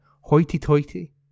hoity-toity